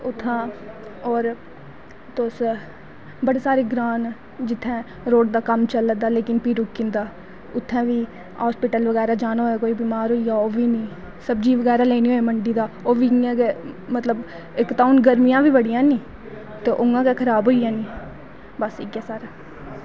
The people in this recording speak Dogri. उत्थां होर तुस बड़े सारे ग्रां न जित्थें रोड़ दा कम्म चला दा पर भी रुकी जंदा उत्थें बी हास्पिटल बगैरा जाना होऐ ते उत्थें बी सब्ज़ी बगैरा लैनी होऐ मंडी दी ते ओह्बी इंया गै इक्क दम गरमियां बी बड़ियां निं ते उआं गै खराब होई जानी बस इयै साढ़ा ऐ